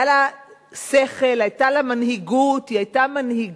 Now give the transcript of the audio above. היה לה שכל, היתה לה מנהיגות, היא היתה מנהיגה.